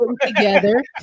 together